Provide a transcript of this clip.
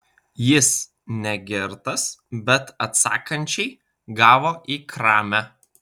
jis ne girtas bet atsakančiai gavo į kramę